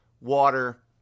water